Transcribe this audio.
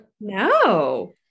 No